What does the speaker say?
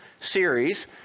series